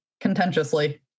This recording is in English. contentiously